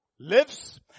lives